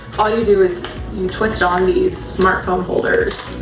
all you do is you twist on the smartphone holders.